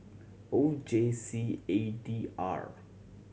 O J C A D R